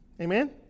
Amen